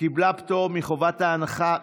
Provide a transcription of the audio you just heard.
שקיבלה פטור מחובת ההנחה.